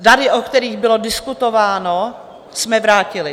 Dary, o kterých bylo diskutováno, jsme vrátili.